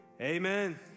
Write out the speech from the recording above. Amen